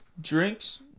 Drinks